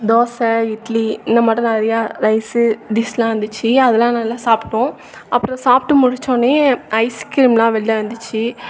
தோசை இட்லி இந்த மாட்டோம் நிறையா ரைஸ்ஸு டிஷ்லாம் வந்துச்சி அதெலாம் நல்லா சாப்பிட்டோம் அப்புறோம் சாப்பிட்டு முடிச்சோன்னே ஐஸ்கிரீம்லாம் வெளியில் இருந்துச்சி